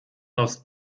aus